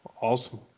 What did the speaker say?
Awesome